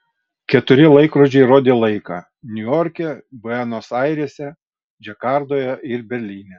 keturi laikrodžiai rodė laiką niujorke buenos airėse džakartoje ir berlyne